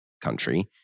country